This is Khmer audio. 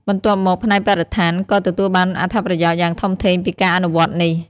បន្ទាប់មក ផ្នែកបរិស្ថាន ក៏ទទួលបានអត្ថប្រយោជន៍យ៉ាងធំធេងពីការអនុវត្តន៍នេះ។